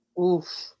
Oof